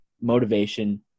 motivation